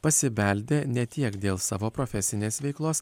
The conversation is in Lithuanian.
pasibeldė ne tiek dėl savo profesinės veiklos